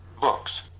Books